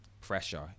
pressure